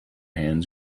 hands